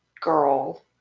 girl